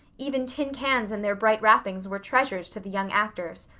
even tin cans and their bright wrappings were treasures to the young actors,